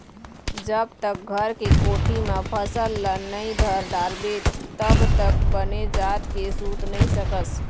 जब तक घर के कोठी म फसल ल नइ धर डारबे तब तक बने जात के सूत नइ सकस